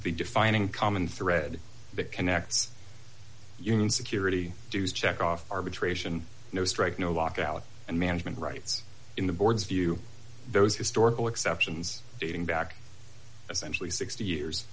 the defining common thread that connects union security dues check off arbitration no strike no lockout and management rights in the board's view those historical exceptions dating back essentially sixty